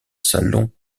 salon